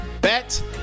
Bet